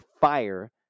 fire